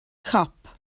cop